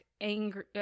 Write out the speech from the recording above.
angry